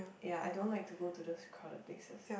ya I don't like to go to those crowded places